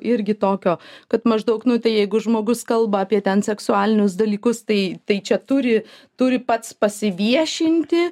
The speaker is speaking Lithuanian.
irgi tokio kad maždaug nu tai jeigu žmogus kalba apie ten seksualinius dalykus tai tai čia turi turi pats pasiviešinti